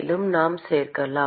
மேலும் நாம் சேர்க்கலாம்